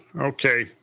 Okay